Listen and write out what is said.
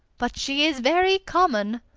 but she is very common.